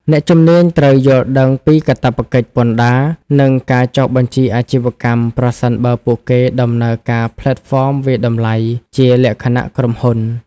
អ្នកជំនាញត្រូវយល់ដឹងពីកាតព្វកិច្ចពន្ធដារ និងការចុះបញ្ជីអាជីវកម្ម ប្រសិនបើពួកគេដំណើរការផ្លេតហ្វមវាយតម្លៃជាលក្ខណៈក្រុមហ៊ុន។